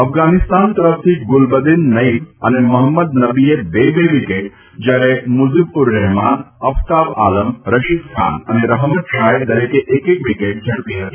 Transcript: અફઘાનિસ્તાન તરફથી ગુલબદિન નઈબ અને મહંમદ નબીએ બે બે વિકેટ જયારે મુઝિબ ઉર રહેમાન અફતાબ આલમ રશિદ ખાન અને રહમત શાહે દરેક એક એક વિકેટ ઝડપી હતી